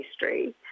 history